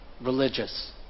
religious